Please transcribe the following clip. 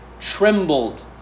Trembled